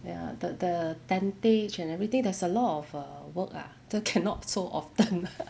ya the the tentage and everything there's a lot of err work lah so cannot so often lah